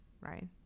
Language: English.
right